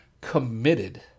committed